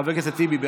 חבר הכנסת טיבי,